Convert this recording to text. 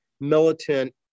militant